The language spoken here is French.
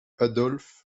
adolphe